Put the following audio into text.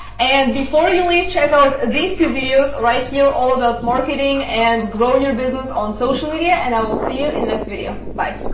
and before you leave, check out these tw videos right here all about marketin and growing your business on socia media and i will see you in next video by